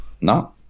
No